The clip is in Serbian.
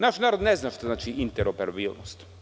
Naš narod ne zna šta znači interoperabilnost.